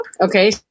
Okay